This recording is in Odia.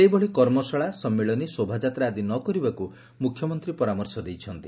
ସେହିଭଳି କର୍ମଶାଳା ସମ୍ମିଳନୀ ଶୋଭାଯାତ୍ରା ଆଦି ନ କରିବାକୁ ମୁଖ୍ୟମନ୍ତୀ ପରାମର୍ଶ ଦେଇଛନ୍ତି